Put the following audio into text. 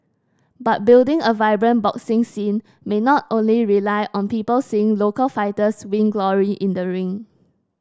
but building a vibrant boxing scene may not only rely on people seeing local fighters win glory in the ring